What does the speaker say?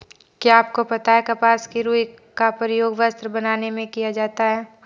क्या आपको पता है कपास की रूई का प्रयोग वस्त्र बनाने में किया जाता है?